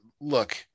look